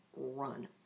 run